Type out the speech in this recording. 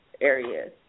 areas